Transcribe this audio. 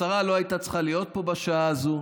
השרה לא הייתה צריכה להיות פה בשעה הזו.